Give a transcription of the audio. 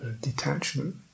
detachment